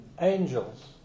angels